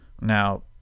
Now